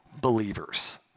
believers